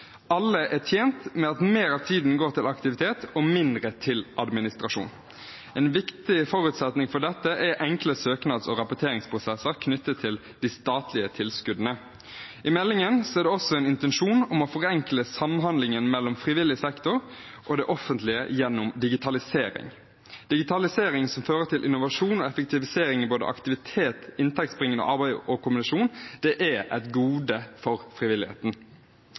Alle er tjent med at mer av tiden går til aktivitet og mindre til administrasjon. En viktig forutsetning for dette er enkle søknads- og rapporteringsprosesser knyttet til de statlige tilskuddene. I meldingen er det også en intensjon om å forenkle samhandlingen mellom frivillig sektor og det offentlige gjennom digitalisering. Digitalisering som fører til innovasjon og effektivisering i både aktivitet, inntektsbringende arbeid og kommunikasjon, er et gode for frivilligheten.